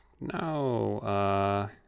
no